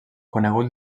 conegut